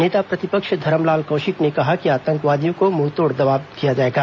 नेता प्रतिपक्ष धरमलाल कौशिक ने कहा कि आतंकवादियों को मुंहतोड़ जवाब दिया जाएगा